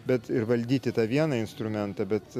bet valdyti tą vieną instrumentą bet